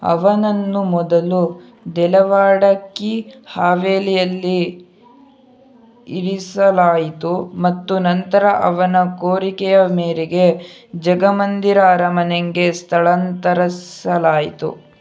ಅವನನ್ನು ಮೊದಲು ದೆಲವಾಡ ಕಿ ಹವೇಲಿಯಲ್ಲಿ ಇರಿಸಲಾಯಿತು ಮತ್ತು ನಂತರ ಅವನ ಕೋರಿಕೆಯ ಮೇರೆಗೆ ಜಗಮಂದಿರ ಅರಮನೆಗೆ ಸ್ಥಳಾಂತರಿಸಲಾಯಿತು